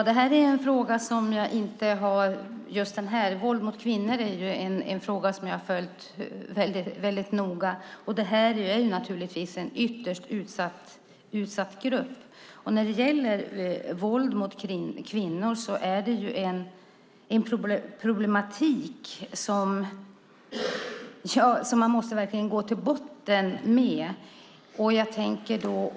Herr talman! Frågan om våld mot kvinnor har jag följt noga, och detta är naturligtvis en ytterst utsatt grupp. Våld mot kvinnor är en problematik som man verkligen måste gå till botten med.